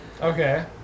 Okay